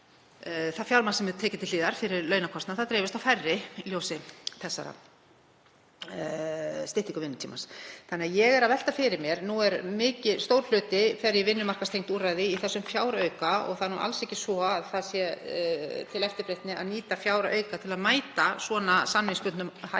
það fjármagn sem er tekið til hliðar fyrir launakostnaði dreifist á færri í ljósi styttingar vinnutímans. Þannig að ég velti fyrir mér: Nú fer stór hluti í vinnumarkaðstengd úrræði í þessum fjárauka. Það er alls ekki svo að það sé til eftirbreytni að nýta fjárauka til að mæta svona samningsbundnum hækkunum